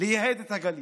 לייהד את הגליל.